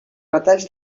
retalls